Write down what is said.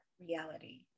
reality